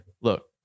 look